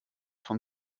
von